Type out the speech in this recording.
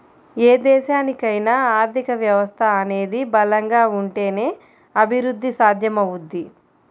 ఏ దేశానికైనా ఆర్థిక వ్యవస్థ అనేది బలంగా ఉంటేనే అభిరుద్ధి సాధ్యమవుద్ది